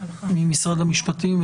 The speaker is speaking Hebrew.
ממשרד המשפטים,